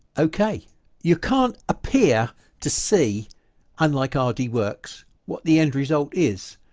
okay you can't appear to see unlike um rdworks what the end result is.